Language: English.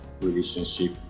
relationship